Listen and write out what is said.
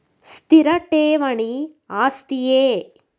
ಸ್ಥಿರ ಠೇವಣಿ ಆಸ್ತಿಯೇ?